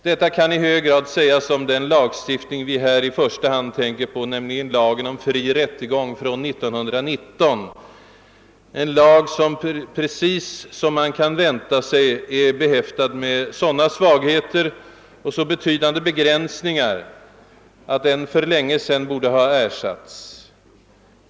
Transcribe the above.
Detta kan i hög grad sägas om den lagstiftning vi nu i första hand tänker på, nämligen lagen om fri rättegång från år 1919, en lag som — precis som ::man kunde vänta sig — är behäftad med sådana svagheter och innehåller sådana betydande begränsningar, att den för länge sedan borde ha ersatts med en modernare lagtext.